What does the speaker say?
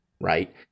right